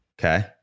Okay